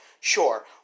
Sure